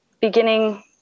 beginning